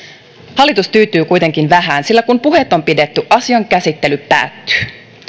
hallitus tyytyy kuitenkin vähään sillä kun puheet on pidetty asian käsittely päättyy